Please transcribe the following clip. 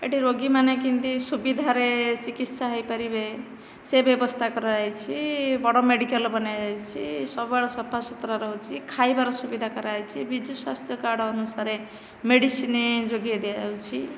ଏଠି ରୋଗୀମାନେ କେମିତି ସୁବିଧାରେ ଚିକିତ୍ସା ହୋଇପାରିବେ ସେ ବ୍ୟବସ୍ଥା କରାଯାଇଛି ବଡ଼ ମେଡ଼ିକାଲ ବନାଯାଇଛି ସବୁବେଳେ ସଫା ସୁତୁରା ରହୁଛି ଖାଇବାରେ ସୁବିଧା କରାଯାଇଛି ବିଜୁ ସ୍ୱାସ୍ଥ୍ୟ କାର୍ଡ଼ ଅନୁସାରେ ମେଡ଼ିସିନ ଯୋଗାଇ ଦିଆଯାଉଛି